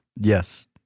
Yes